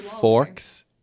forks